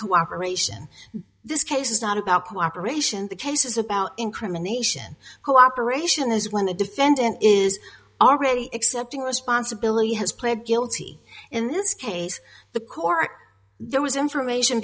cooperation this case is not about cooperation the case is about incrimination cooperation is when a defendant is already accepted responsibility has pled guilty in this case the court there was information